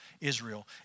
Israel